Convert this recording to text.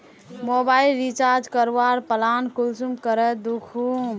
Mobile recharge करवार plan कुंसम करे दखुम?